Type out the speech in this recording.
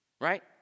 right